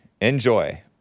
Enjoy